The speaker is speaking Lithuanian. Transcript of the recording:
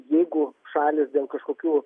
jeigu šalys dėl kažkokių